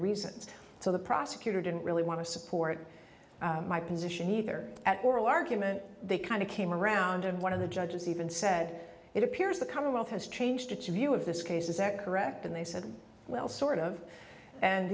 reasons so the prosecutor didn't really want to support my position either at oral argument they kind of came around and one of the judges even said it appears the commonwealth has changed its view of this case is that correct and they said well sort of and